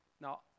Now